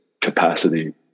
capacity